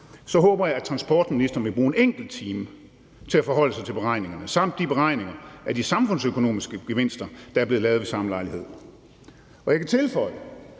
så håber jeg også, at transportministeren vil bruge en enkelt time til at forholde sig til beregningerne og også beregningerne af de samfundsøkonomiske gevinster, der er blevet lavet ved den samme lejlighed, og jeg kan tilføje,